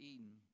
Eden